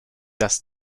das